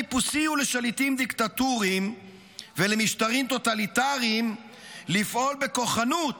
טיפוסי הוא לשליטים דיקטטוריים ולמשטרים טוטליטריים לפעול בכוחנות